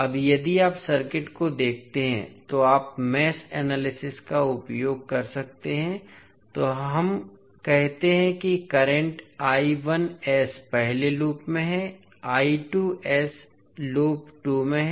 अब यदि आप सर्किट को देखते हैं तो आप मेष एनालिसिस का उपयोग कर सकते हैं तो हम कहते हैं कि करंट पहले लूप में है लूप 2 में है